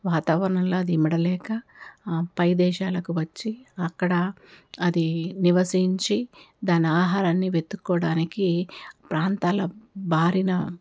వాతావరణంలో అది ఇమడలేక పై దేశాలకు వచ్చి అక్కడ అది నివసించి దాని ఆహారాన్ని వెతుక్కోవడానికి ప్రాంతాల బారిన ఎగురుతూ